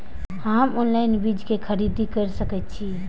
हम ऑनलाइन बीज के खरीदी केर सके छी?